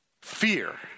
Fear